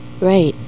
Right